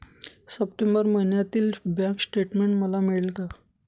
September महिन्यातील bank statement मला मिळेल का?